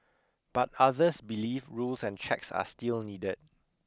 but others believe rules and checks are still needed